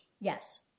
Yes